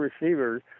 receivers